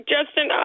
Justin